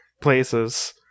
places